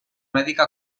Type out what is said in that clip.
mèdica